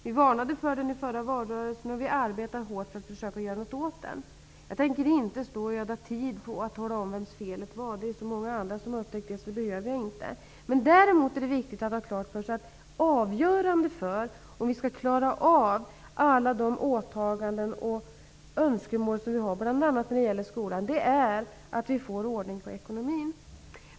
Vi varnade ju för den i förra valrörelsen, och vi arbetar nu hårt för att försöka göra något åt den. Jag tänker inte öda tid på att tala om vems felet är. Det är så många andra som har upptäckt det, så det behöver jag inte tala om. Däremot är det viktigt att ha klart för sig att avgörande för om vi skall klara av alla åtaganden och önskemål bl.a. när det gäller skolan är att vi får ordning på ekonomin.